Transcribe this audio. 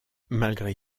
malgré